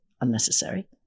unnecessary